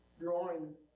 drawing